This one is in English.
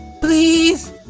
Please